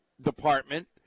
Department